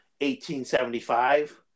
1875